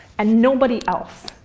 and nobody else.